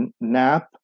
nap